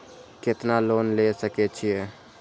केतना लोन ले सके छीये?